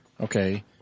Okay